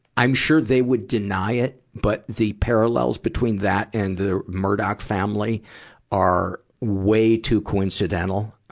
i'm sure they would deny it, but the parallels between that and the murdock family are way too coincidental, ah,